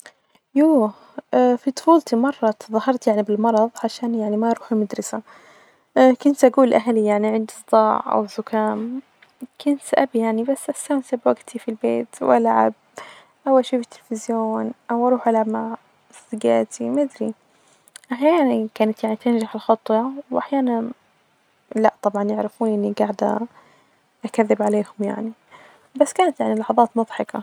يووه في طفولتي مرة اتظاهرت مرة بالمرظ عشان يعني ما أروح المدرسة إيه كنت أجول لأهلي يعني عندي صداع أو زكام كنت أب يعني بستنسب وجتي في البيت وألعب أو أشوف التليفزيون أو أروح ألعب مع صديجاتي ما أدري أحيانا كانت يعني تنجح الخطة وأحيانا لأ طبعا يعرفون إني قاعدة أكذب عليهم يعني بس كانت يعني لحظات مظحكة.